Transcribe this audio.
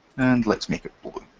and let's make it blue.